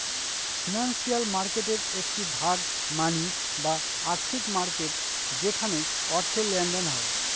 financial মার্কেটের একটি ভাগ মানি বা আর্থিক মার্কেট যেখানে অর্থের লেনদেন হয়